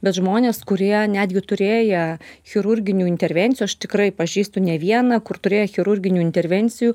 bet žmonės kurie netgi turėję chirurginių intervencijų aš tikrai pažįstu ne vieną kur turėjo chirurginių intervencijų